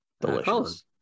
Delicious